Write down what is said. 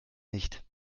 nicht